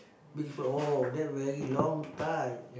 Beach Road oh that very long time